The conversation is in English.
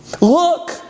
Look